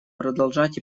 продолжать